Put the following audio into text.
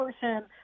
person